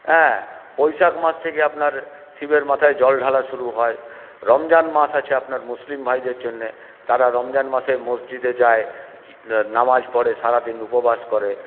হ্যাঁ বৈশাখ মাস থেকে আপনার শিবের মাথায় জল ঢালা শুরু হয় রমজান মাস আছে আপনার মুসলিম ভাইদের জন্যে তারা রমজান মাসে মসজিদে যায় নামাজ পড়ে সারাদিন উপবাস করে